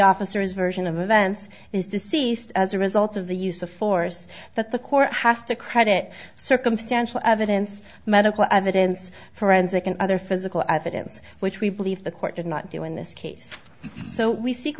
officer his version of events is deceased as a result of the use of force the court has to credit circumstantial evidence medical evidence forensic and other physical evidence which we believe the court did not do in this case so we seek